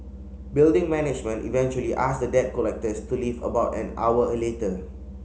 building management eventually asked the debt collectors to leave about an hour later